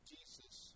Jesus